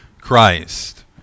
Christ